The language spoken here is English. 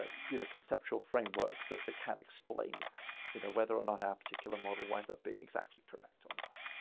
ah you know, conceptual frameworks that that can explain that, you know, whether or not our particular model winds up being exactly correct or not.